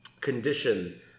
condition